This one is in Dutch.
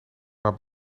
maar